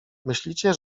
myślicie